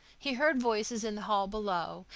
he heard voices in the hall below,